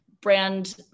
brand